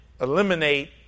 eliminate